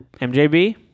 MJB